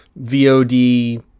VOD